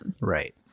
right